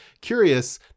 curious